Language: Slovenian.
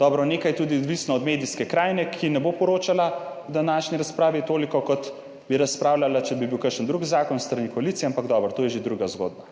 Dobro, nekaj je tudi odvisno od medijske krajine, ki ne bo poročala o današnji razpravi toliko, kot bi razpravljala, če bi bil kakšen drug zakon s strani koalicije, ampak dobro, to je že druga zgodba.